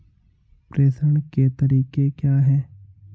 प्रेषण के तरीके क्या हैं?